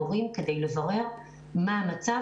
בין כה וכה בזום או בדרך אחרת במרחב הכיתתי,